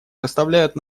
заставляют